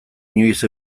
inoiz